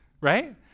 right